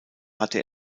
hatte